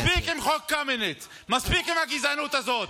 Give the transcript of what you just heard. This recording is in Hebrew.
מספיק עם חוק קמיניץ, מספיק עם הגזענות הזאת.